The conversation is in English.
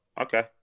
okay